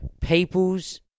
Peoples